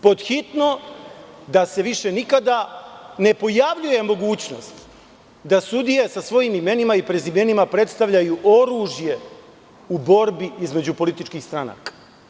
Pothitno da se više nikada ne pojavljuje mogućnost da sudije sa svojim imenima i prezimenima predstavljaju oružje u borbi između političkih stranaka.